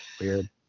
Weird